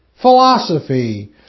philosophy